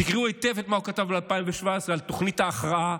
תקראו היטב מה הוא כתב ב-2017 על תוכנית ההכרעה,